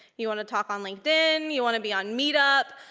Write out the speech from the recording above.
you want to talk on linkedin. you want to be on meetup.